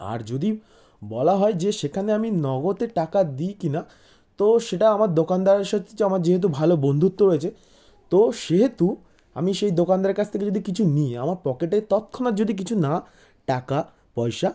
আর যদি বলা হয় যে সেখানে আমি নগদে টাকা দিই কি না তো সেটা আমার দোকানদারের সাথে যে আমার যেহেতু ভালো বন্ধুত্ব রয়েছে তো সেহেতু আমি সেই দোকানদারের কাছ থেকে যদি কিছু নিই আমার পকেটে তৎক্ষণাত যদি কিছু না টাকা পয়সা